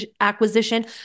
acquisition